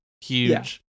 huge